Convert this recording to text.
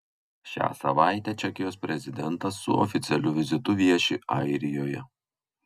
šią savaitę čekijos prezidentas su oficialiu vizitu vieši airijoje